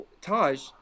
Taj